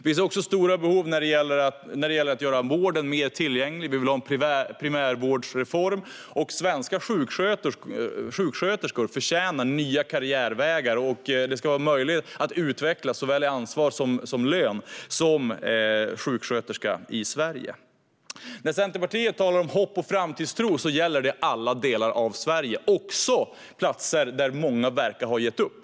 Vi ser också stora behov när det gäller att göra vården mer tillgänglig. Vi vill ha en primärvårdsreform. Svenska sjuksköterskor förtjänar nya karriärvägar. Det ska vara möjligt att utvecklas såväl i fråga om ansvar som i fråga om lön för sjuksköterskor i Sverige. När Centerpartiet talar om hopp och framtidstro gäller det alla delar av Sverige, också platser där många verkar ha gett upp.